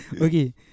okay